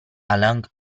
along